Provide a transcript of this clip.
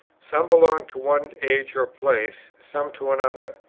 some belonged to one age or place, some to another.